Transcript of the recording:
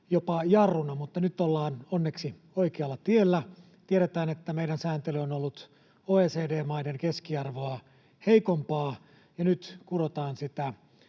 jopa jarruna, mutta nyt ollaan onneksi oikealla tiellä. Tiedetään, että meidän sääntelymme on ollut OECD-maiden keskiarvoa heikompaa, ja nyt kurotaan sitä